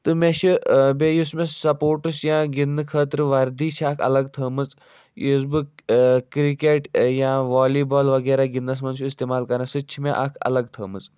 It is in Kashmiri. تہٕ مےٚ چھِ بیٚیہِ یُس مےٚ سَپوٹٕس یا گِنٛدنہٕ خٲطرٕ وردی چھِ اَکھ اَلَگ تھٲومٕژ یُس بہٕ کِرکَٹ یا والی بال وغیرہ گِنٛدنَس منٛز چھُ استعمال کَران سُہ تہِ چھِ مےٚ اَکھ الگ تھٲومٕژ